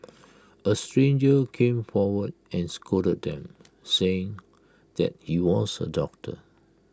A stranger came forward and scolded them saying that he was A doctor